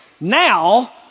Now